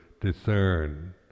discern